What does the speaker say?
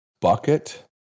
bucket